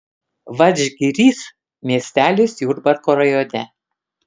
vadžgirys miestelis jurbarko rajone